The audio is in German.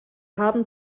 haben